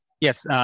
Yes